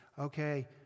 okay